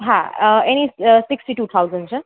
હા એની sixty two thousand છે